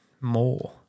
more